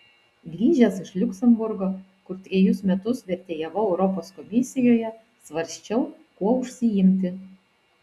grįžęs iš liuksemburgo kur trejus metus vertėjavau europos komisijoje svarsčiau kuo užsiimti